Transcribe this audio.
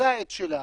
עושה את שלה,